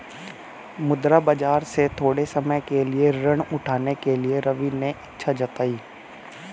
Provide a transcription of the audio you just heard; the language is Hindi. मुद्रा बाजार से थोड़े समय के लिए ऋण उठाने के लिए रवि ने इच्छा जताई